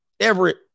Everett